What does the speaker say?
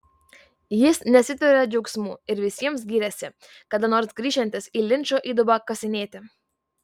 jis nesitveria džiaugsmu ir visiems giriasi kada nors grįšiantis į linčo įdubą kasinėti